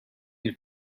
can